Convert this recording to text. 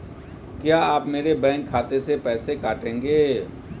क्या आप मेरे बैंक खाते से पैसे काटेंगे?